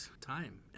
time